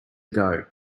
ago